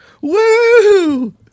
Woo